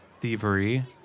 thievery